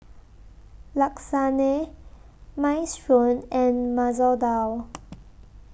Lasagne Minestrone and Masoor Dal